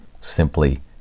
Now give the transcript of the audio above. simply